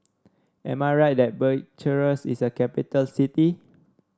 am I right that Bucharest is a capital city